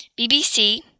BBC